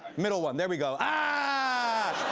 middle one, there we go. ahhhhh!